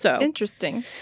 Interesting